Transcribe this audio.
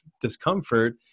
discomfort